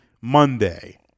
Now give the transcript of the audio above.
Monday